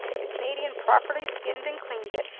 the canadian properly skinned and cleaned it,